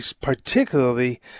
particularly